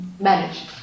manage